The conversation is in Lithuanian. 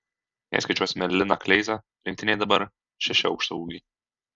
jei skaičiuosime liną kleizą rinktinėje dabar šeši aukštaūgiai